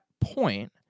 point